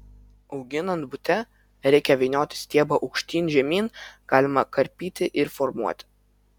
auginant bute reikia vynioti stiebą aukštyn žemyn galima karpyti ir formuoti